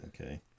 Okay